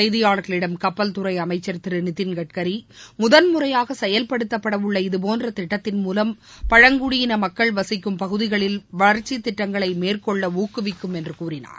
செய்தியாளர்களிடம் பின்னர் நிதின்கட்கரி செயல்படுத்தப்படவுள்ள இதபோன்ற திட்டத்தின் மூலம் பழங்குடியின மக்கள் வசிக்கும் பகுதிகளில் வளர்ச்சி திட்டங்களை மேற்கொள்ள ஊக்குவிக்கும் என்று கூறினார்